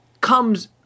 comes